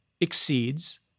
exceeds